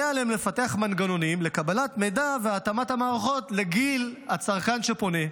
יהיה עליהם לפתח מנגנונים לקבל מידע והתאמת המערכות לגיל הצרכן שפונה.